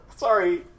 Sorry